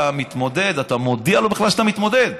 אתה מודיע שאתה בכלל מתמודד.